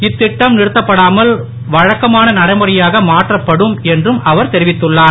இத்தட்டம் நிறுத்தப்படாமல் வழக்கமான நடைமுறையாக மாற்றப்படும் என்றும் அவர் தெரிவித்துள்ளார்